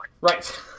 Right